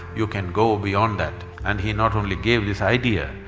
you can go beyond that. and he not only gave this idea,